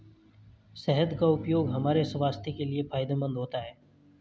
शहद का उपयोग हमारे स्वास्थ्य के लिए फायदेमंद होता है